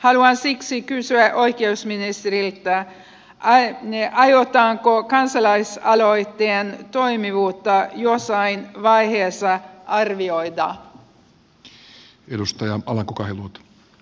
haluan siksi kysyä oikeusministeriltä aiotaanko kansalaisaloitteen toimivuutta jossain vaiheessa arvioida